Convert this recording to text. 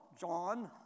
John